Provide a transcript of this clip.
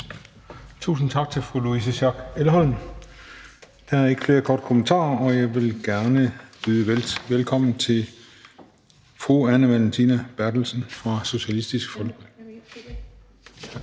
Tusind tak til fru Louise Schack Elholm. Der er ikke flere korte bemærkninger, og jeg vil gerne byde velkommen til fru Anne Valentina Berthelsen fra Socialistisk Folkeparti.